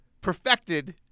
perfected